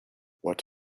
what